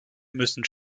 müssen